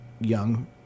young